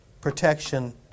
protection